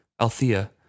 Althea